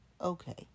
okay